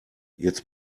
jetzt